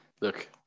look